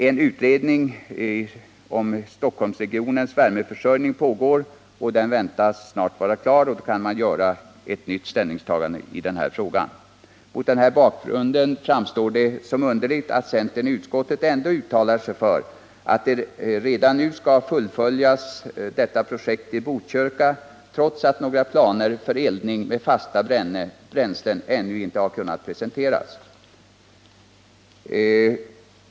En utredning om Stockholmsregionens värmeförsörjning pågår, och den väntas snart vara klar. Då kan man göra ett nytt ställningstagande i den här frågan. Mot denna bakgrund framstår det som underligt att centern i utskottet ändå uttalar sig för att projektet i Botkyrka skall fullföljas, trots att några planer för eldning med fasta bränslen ännu inte har kunnat presenteras.